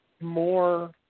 more